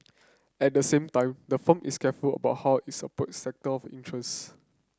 at the same time the firm is careful about how it approaches sector of interest